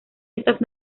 estas